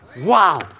wow